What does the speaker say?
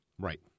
Right